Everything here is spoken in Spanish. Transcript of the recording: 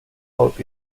out